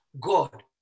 God